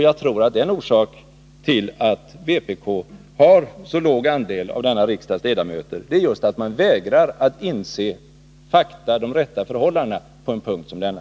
Jag tror att en orsak till att vpk utgör en så liten andel av riksdagens ledamöter är just att man vägrar att inse fakta och de verkliga förhållandena på en punkt som denna.